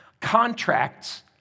contracts